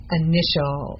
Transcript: initial